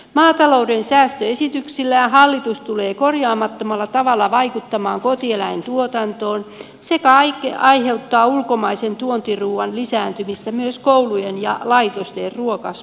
maatalouden säästöesityksillään hallitus tulee korjaamattomalla tavalla vaikuttamaan kotieläintuotantoon sekä aiheuttaa ulkomaisen tuontiruuan lisääntymistä myös koulujen ja laitosten ruokapöydissä